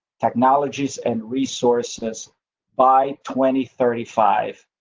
technologies and resources by twenty, thirty five.